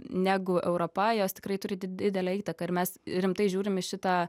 negu europa jos tikrai turi didelę įtaką ir mes rimtai žiūrim į šitą